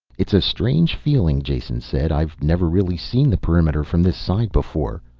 it's a strange feeling, jason said. i've never really seen the perimeter from this side before.